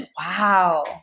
wow